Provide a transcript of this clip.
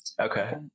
Okay